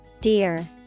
Dear